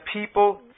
people